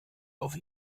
auf